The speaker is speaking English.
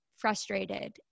frustrated